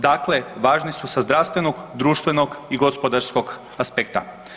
Dakle, važni su sa zdravstvenog, društvenog i gospodarskog aspekta.